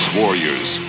warriors